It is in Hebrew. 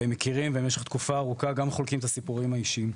והם מכירים ובמשך תקופה ארוכה גם חולקים את הסיפורים האישיים.